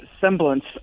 semblance